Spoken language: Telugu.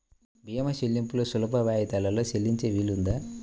భీమా చెల్లింపులు సులభ వాయిదాలలో చెల్లించే వీలుందా?